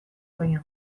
baino